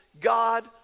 God